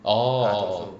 oh oh oh